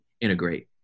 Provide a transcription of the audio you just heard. integrate